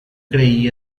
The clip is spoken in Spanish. creí